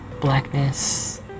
blackness